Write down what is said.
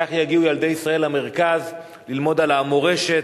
כך יגיעו ילדי ישראל למרכז ללמוד על המורשת,